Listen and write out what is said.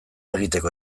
egiteko